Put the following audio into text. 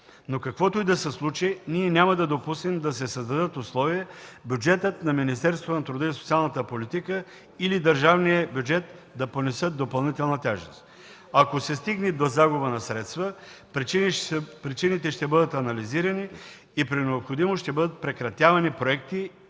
но каквото и да се случи, ние няма да допуснем да се създадат условия бюджетът на Министерството на труда и социалната политика или държавният бюджет да понесат допълнителна тежест. Ако се стигне до загуба на средства, причините ще бъдат анализирани и при необходимост ще бъдат прекратявани проекти